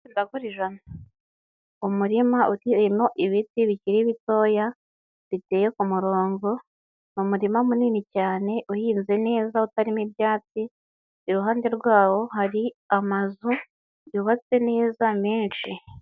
Umurima uteyemo ibiti bikiri bitoya biteye ku murongo, ni umurima munini cyane uhinze neza utarimo ibyatsi, iruhande rwawo hari amazu yubatse neza menshi.